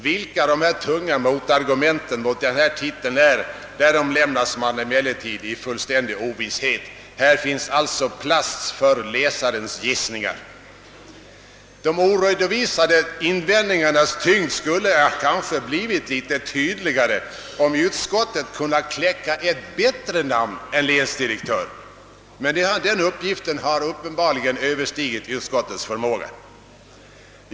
Vilka dessa tunga argument mot denna titel är, därom lämnas man emellertid i fullständig Oovisshet. Här finns alltså plats för läsarens gissningar. De oredovisade <invändningarnas tyngd skulle kanske ha framstått tydligare, om utskottet kunnat kläcka ett bättre namn än länsdirektör, men den uppgiften har uppenbarligen överstigit utskottets förmåga.